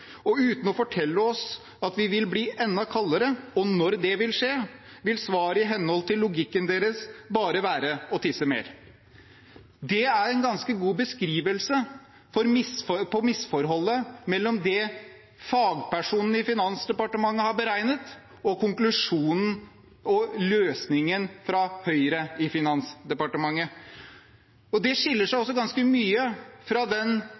Og uten å fortelle oss at vi vil bli enda kaldere. Når det skjer, vil svaret i henhold til «logikken» deres, bare være å tisse mer». – Det er en ganske god beskrivelse av misforholdet mellom det fagpersonene i Finansdepartementet har beregnet, og konklusjonen og løsningen fra Høyre i Finansdepartementet. Det skiller seg også ganske mye fra den